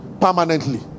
permanently